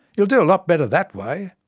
you'll do a lot better that way.